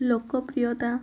ଲୋକପ୍ରିୟତା